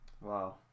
Wow